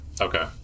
okay